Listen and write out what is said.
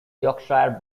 yorkshire